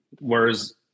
Whereas